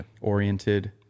oriented